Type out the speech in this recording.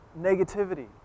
negativity